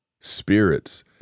Spirits